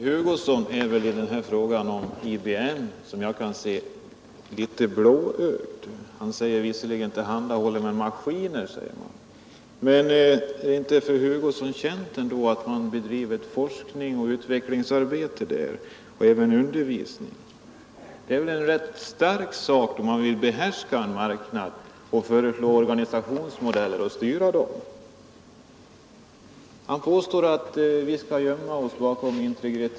Herr talman! Såvitt jag kan se är herr Hugosson litet blåögd när det gäller IBM. Han säger visserligen att man tillhandhåller maskiner, men anser inte herr Hugosson att man också bedriver forskning, utvecklingsarbete och undervisning där? Är det inte en rätt stark sak när man vill behärska en marknad att föreslå organisationsmodeller och styra dem? Herr Hugosson påstår att vi skulle gömma oss bakom integriteten.